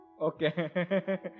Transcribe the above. okay